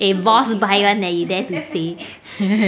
eh boss buy [one] leh you dare to say